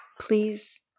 please